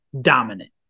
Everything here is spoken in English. dominant